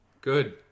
Good